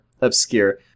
obscure